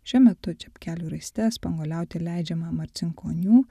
šiuo metu čepkelių raiste spanguoliauti leidžiama marcinkonių